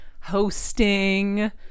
hosting